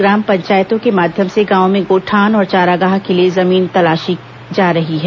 ग्राम पंचायतों के माध्यम से गांवों में गोठान और चारागाह के लिए जमीन तलाशी जा रही है